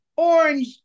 Orange